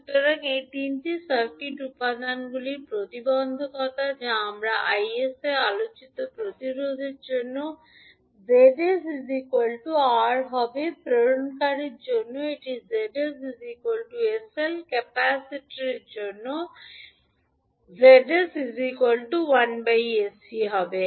সুতরাং এই তিনটি সার্কিট উপাদানগুলির প্রতিবন্ধকতা যা আমরা 𝐼 𝑠 আলোচিত প্রতিরোধের জন্য 𝑍 𝑠 R হয়ে উঠবে প্রেরণাকারীর জন্য এটি 𝑍 𝑠 𝑠𝐿 ক্যাপাসিটরের জন্য 𝑍 𝑠 1 𝑠𝐶 হবে